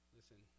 Listen